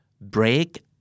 break